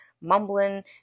mumbling